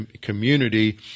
community